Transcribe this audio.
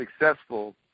successful